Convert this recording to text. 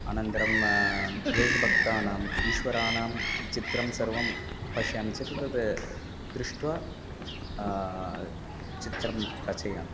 अनन्तरं देशभक्तानाम् ईश्वराणां चित्रं सर्वं पश्यामि चेत् तद् दृष्ट्वा चित्रं रचयामि